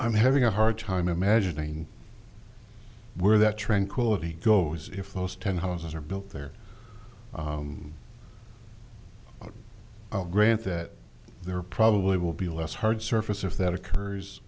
i'm having a hard time imagining where that tranquility goes if those ten houses are built there i'll grant that there probably will be less hard surface if that occurs